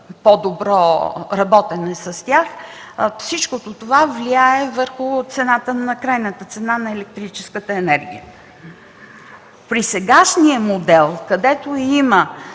по-добро работене с тях. То влияе върху крайната цена на електрическата енергия. При сегашния модел, където има